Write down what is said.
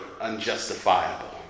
unjustifiable